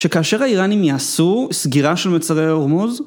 שכאשר האיראנים יעשו סגירה של מצרי אורמוז